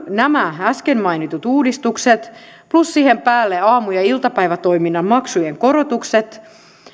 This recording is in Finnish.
nämä äsken mainitut uudistukset plus siihen päälle aamu ja iltapäivätoiminnan maksujen korotukset